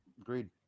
Agreed